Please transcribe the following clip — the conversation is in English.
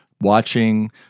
watching